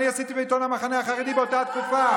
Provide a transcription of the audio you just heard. שאני עשיתי בעיתון המחנה החרדי באותה תקופה?